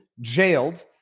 jailed